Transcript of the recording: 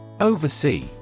Oversee